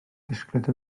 disgled